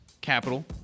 capital